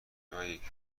جاییکه